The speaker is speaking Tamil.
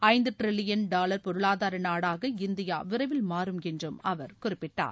ஐந்து ட்ரில்லியன் டாவர் பொருளாதார நாடாக இந்தியா விரைவில் மாறும் என்றும் அவர் குறிப்பிட்டார்